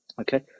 Okay